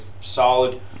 solid